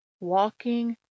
walking